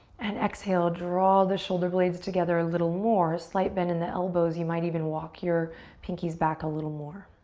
and exhale, draw the shoulder blades together a little more. a slight bend in the elbows. you might even walk your pinkies back a little more.